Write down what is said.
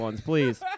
please